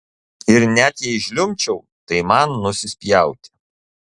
ir net jei žliumbčiau tai man nusispjauti